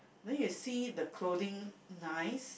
then you see the clothing nice